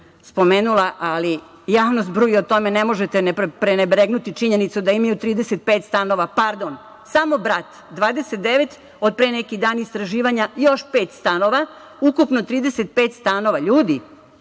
spomenula, ali javnost bruji o tome ne možete prenebregnuti činjenicu da imaju 35 stanova, pardon, samo brat 29, od pre neki dan istraživanja još pet stanova, ukupno 35 stanova. Ljudi,